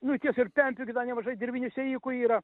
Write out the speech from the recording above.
nu tiesa ir pempių gi da nemažai dirvinių sėjikų yra